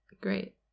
Great